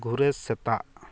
ᱜᱷᱩᱨᱟᱹ ᱥᱮᱛᱟᱜ